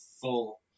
full